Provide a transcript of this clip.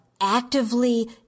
actively